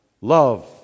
Love